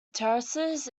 terraces